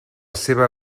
seva